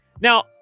Now